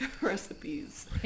recipes